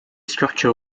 structure